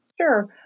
Sure